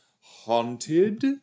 Haunted